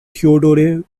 theodore